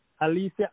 Alicia